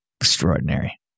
Extraordinary